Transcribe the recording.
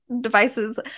devices